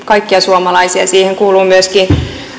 kaikkia suomalaisia siihen kuuluvat myöskin